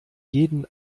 jeden